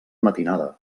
matinada